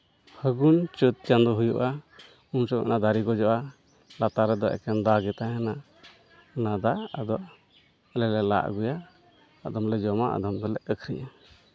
ᱯᱷᱟᱹᱜᱩᱱ ᱪᱟᱹᱛ ᱪᱟᱸᱫᱚ ᱦᱩᱭᱩᱜᱼᱟ ᱩᱱᱥᱚᱢᱚᱭ ᱚᱱᱟ ᱫᱟᱨᱮ ᱜᱚᱡᱚᱜᱼᱟ ᱞᱟᱛᱟᱨ ᱨᱮᱫᱚ ᱮᱠᱮᱱ ᱫᱟ ᱜᱮ ᱛᱟᱦᱮᱱᱟ ᱚᱱᱟ ᱫᱟ ᱟᱫᱚ ᱟᱞᱮ ᱞᱮ ᱞᱟ ᱟᱹᱜᱩᱭᱟ ᱟᱫᱚᱢ ᱞᱮ ᱡᱚᱢᱟ ᱟᱫᱚᱢ ᱫᱚᱞᱮ ᱟ ᱠᱷᱨᱤᱧᱟ